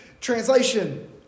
translation